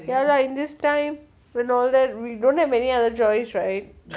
ya lah in this time when all that we don't have any other choice right